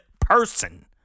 person